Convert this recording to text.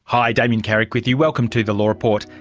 hi damien carrick with you, welcome to the law report.